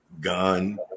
gun